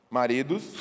maridos